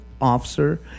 officer